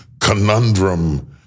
conundrum